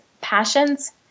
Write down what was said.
passions